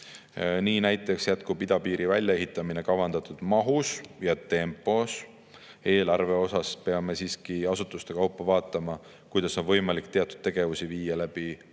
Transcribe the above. Nii näiteks jätkub idapiiri väljaehitamine kavandatud mahus ja tempos. Eelarve osas peame siiski asutuste kaupa vaatama, kuidas on võimalik teatud tegevusi viia läbi